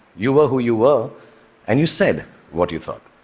you were who you were and you said what you thought.